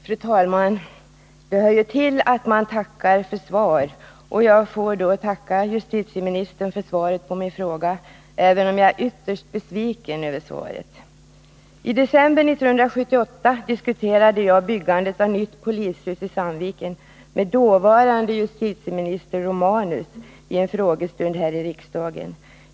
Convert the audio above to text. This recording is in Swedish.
Fru talman! Det hör ju till att man tackar för svar. Jag får därför tacka justitieministern för svaret på min fråga, även om jag är ytterst besviken över detta. I december 1978 diskuterade jag byggandet av nytt polishus i Sandviken med dåvarande justitieministern Romanus i en frågestund här i riksdagen.